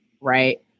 right